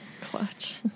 Clutch